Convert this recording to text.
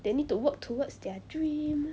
they need to work towards their dream